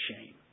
shame